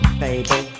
baby